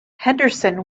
henderson